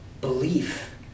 belief